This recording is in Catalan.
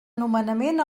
nomenament